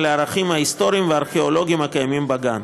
לערכים ההיסטוריים והארכיאולוגיים הקיימים בגן.